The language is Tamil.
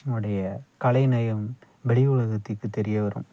நம்முடைய கலைநயம் வெளி உலகத்திற்கு தெரிய வரும்